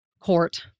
court